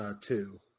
two